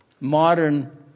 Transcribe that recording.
modern